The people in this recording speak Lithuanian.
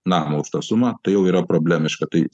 namo už tą sumą tai jau yra problemiška tai